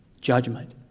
judgment